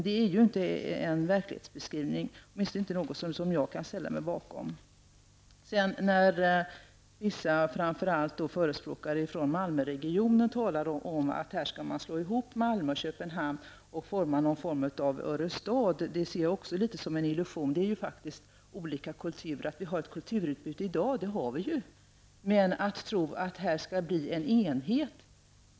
Det är dock inte en verklighetsbeskrivning, åtminstone inte en som jag kan ställa mig bakom. När vissa broförespråkare, framför allt från Malmöregionen, talar om att man skall slå ihop Malmö och Köpenhamn och forma en Örestad, ser jag det också litet som en illusion. Det gäller olika kulturer. Vi har i dag ett kulturutbyte, men jag tror att det är en illusion att inbilla sig att det skall bli en enhet.